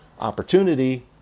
opportunity